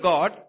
God